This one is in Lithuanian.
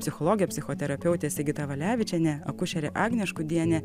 psichologė psichoterapeutė sigita valevičienė akušerė agnė škudienė